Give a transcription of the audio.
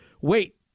Wait